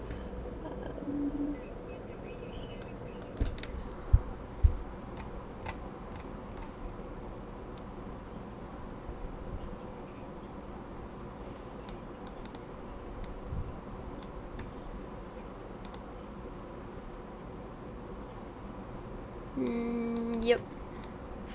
um mm ya